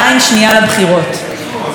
לא לבחירות הכלליות,